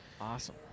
Awesome